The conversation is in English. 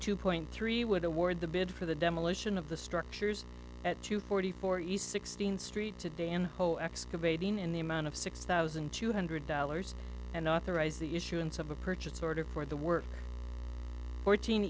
two point three would award the bid for the demolition of the structures at two forty four east sixteenth street today in whole excavating in the amount of six thousand two hundred dollars and authorized the issuance of a purchase order for the work fourteen